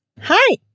Hi